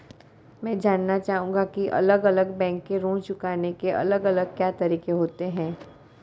मैं जानना चाहूंगा की अलग अलग बैंक के ऋण चुकाने के अलग अलग क्या तरीके होते हैं?